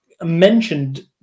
mentioned